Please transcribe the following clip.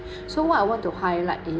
so what I want to highlight is